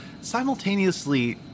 simultaneously